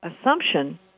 assumption